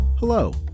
Hello